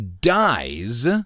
dies